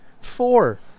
Four